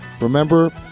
Remember